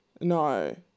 no